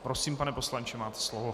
Prosím, pane poslanče, máte slovo.